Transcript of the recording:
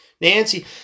Nancy